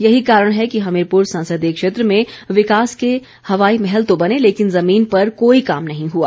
यही कारण है कि हमीरपुर संसदीय क्षेत्र में विकास के हवाई महल तो बने लेकिन जुमीन पर कोई काम नहीं हुआ